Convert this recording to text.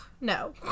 No